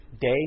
day